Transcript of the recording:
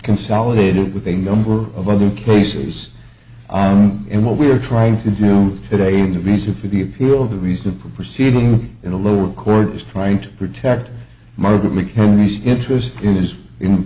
consolidated with a number of other places i am and what we are trying to do today in the reason for the appeal of the reason of proceeding in the lower court is trying to protect margaret mchenry's interest in i